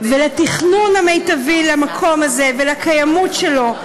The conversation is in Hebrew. ולתכנון המיטבי של המקום הזה, ולקיימות שלו.